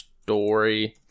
story